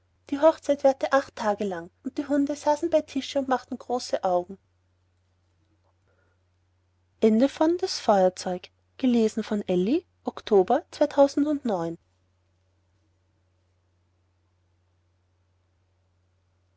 die hochzeit währte acht tage lang und die hunde saßen mit bei tische und machten große augen